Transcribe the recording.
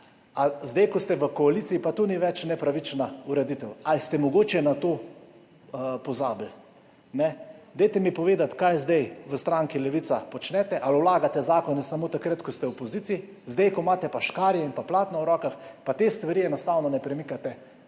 zdaj, ko ste v koaliciji, to ni več nepravična ureditev? Ali ste mogoče pozabili na to? Povejte mi, kaj zdaj v stranki Levica počnete? Ali vlagate zakone samo takrat, ko ste v opoziciji, zdaj, ko imate pa v rokah škarje in platno, pa te stvari enostavno ne premikate